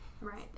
Right